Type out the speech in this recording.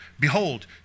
Behold